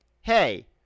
hey